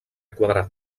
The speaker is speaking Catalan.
quadrat